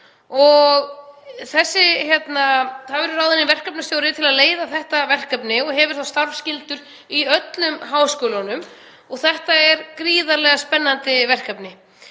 með þroskahömlun. Það verður ráðinn verkefnisstjóri til að leiða þetta verkefni og hefur þá starfsskyldu í öllum háskólunum. Þetta er gríðarlega spennandi verkefni.